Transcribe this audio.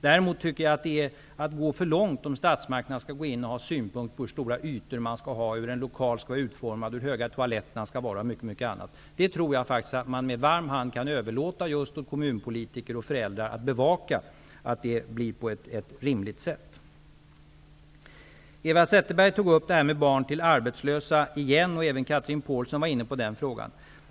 Däremot tycker jag att det är att gå för långt om statsmakterna skall ha synpunkter på hur stora ytor det skall vara, hur lokalen skall vara utformad, hur höga toaletterna skall vara osv. Detta tror jag att man med varm hand kan överlåta åt kommunpolitiker och föräldrar att bevaka för att se till att det blir på rimligt sätt. Eva Zetterberg tog upp det här med barnomsorg för arbetslösa, och även Chatrine Pålsson var inne på den frågan.